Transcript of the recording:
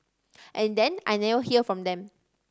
and then I never hear from them